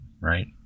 right